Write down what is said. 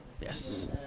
yes